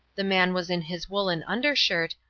the man was in his woollen undershirt,